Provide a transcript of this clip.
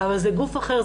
אבל זה גוף אחר,